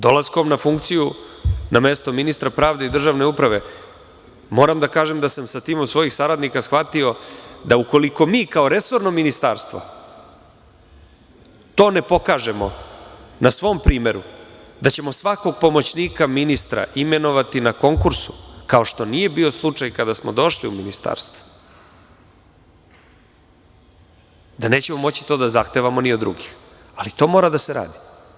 Dolaskom na funkciju na mesto pravde i državne uprave, moram da kažem da sam sa timom svojih saradnika shvatio da ukoliko mi, kao resorno ministarstvo, to ne pokažemo na svom primeru da ćemo svakog pomoćnika ministra imenovati na konkursu, kao što nije bio slučaj kada smo došli u ministarstvo, da nećemo moći to da zahtevamo ni od drugih, ali to mora da se radi.